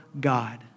God